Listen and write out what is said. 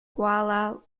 kuala